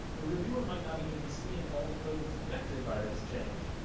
the reviewer might not even be seeing all the code that's effected by this change.